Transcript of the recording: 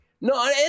No